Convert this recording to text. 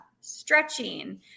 stretching